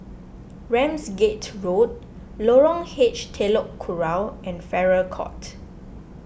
Ramsgate Road Lorong H Telok Kurau and Farrer Court